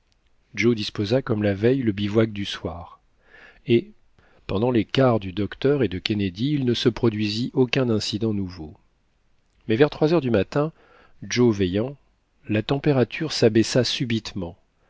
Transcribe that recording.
joe disposa comme la veille le bivouac du soir et pendant les quarts du docteur et de kennedy il ne se produisit aucun incident nouveau mais vers trois heures du matin joe veillant la température s'abaissa subitement